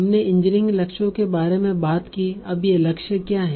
हमने इंजीनियरिंग लक्ष्यों के बारे में बात की अब ये लक्ष्य क्या हैं